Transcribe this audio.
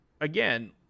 again